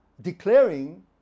declaring